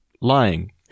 lying